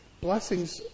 blessings